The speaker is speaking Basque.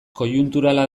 koiunturala